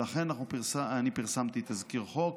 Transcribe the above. לכן, פרסמתי תזכיר חוק,